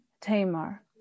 Tamar